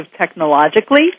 technologically